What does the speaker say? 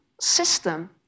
system